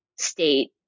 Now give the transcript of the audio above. state